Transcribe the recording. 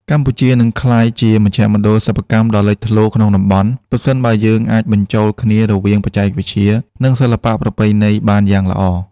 កម្ពុជានឹងក្លាយជាមជ្ឈមណ្ឌលសិប្បកម្មដ៏លេចធ្លោក្នុងតំបន់ ប្រសិនបើយើងអាចបញ្ចូលគ្នារវាងបច្ចេកវិទ្យា និងសិល្បៈប្រពៃណីបានយ៉ាងល្អ។